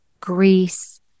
Greece